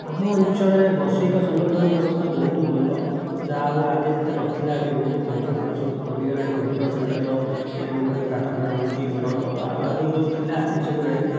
ଆମ ଅଞ୍ଚଳରେ ବୈଷୟିକ ସମର୍ଥନ ବ୍ୟବସ୍ଥା ବହୁତ ଭଲ ଯାହା ହେଉ ଆଗେ ଯେତେ ନଥିଲା ଏବେ ବହୁତ କମ୍ପ୍ୟୁଟର ଆଉ ସବୁ ଖୋଲିଗଲାଣି କମ୍ପ୍ୟୁଟର ସେଣ୍ଟର ପିଲାମାନଙ୍କ ପାଇଁ ପାଠ ପଢ଼ା ହେଉଛି ଭଲ ଭଲ ଆଉ ଆଗ ଯେଉଁ ଥିଲା ଏସବୁ ନାହିଁ